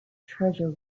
treasure